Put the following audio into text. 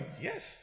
Yes